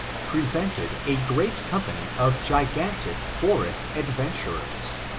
presented a great company of gigantic forest adventurers.